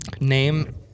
name